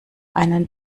einen